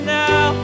now